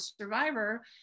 survivor